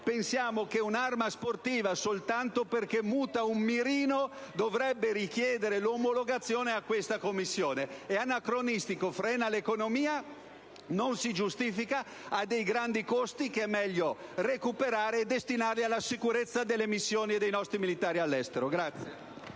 Pensate che un'arma sportiva, soltanto perché muta un mirino, dovrebbe richiedere l'omologazione a questa commissione: è anacronistico, frena l'economia e non si giustifica; inoltre ha grandi costi che è meglio recuperare e destinare alla sicurezza delle missioni dei nostri militari all'estero.